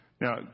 Now